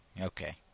Okay